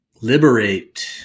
liberate